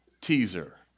teaser